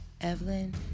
Evelyn